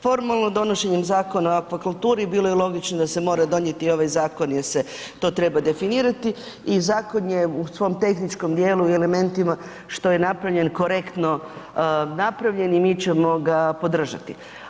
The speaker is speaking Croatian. Formalno donošenjem Zakona o akvakulturi, bilo je logično da se mora donijeti ovaj zakon jer se to treba definirati i zakon je u svom tehničkom djelu i elementima što je napravljen, korektno napravljen i mi ćemo ga podržati.